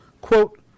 Quote